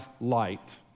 light